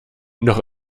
noch